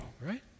right